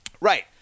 Right